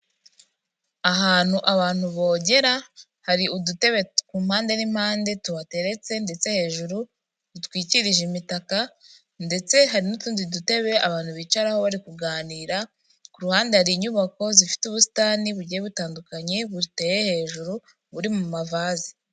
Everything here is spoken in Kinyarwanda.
Ahantu abantu bogera hari udutebe ku mpande n'impande tuhateretse ndetse hejuru dutwikirije imitaka ndetse hari n'utundi dutebe abantu bicaraho bari kuganira; ku ruhande hari inyubako zifite ubusitani bugiye butandukanye, buteye hejuru buri mu mavazi.